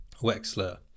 wexler